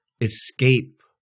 escape